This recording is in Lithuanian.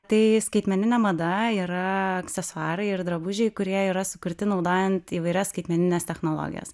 tai skaitmeninė mada yra aksesuarai ir drabužiai kurie yra sukurti naudojant įvairias skaitmenines technologijas